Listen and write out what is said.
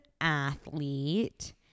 athlete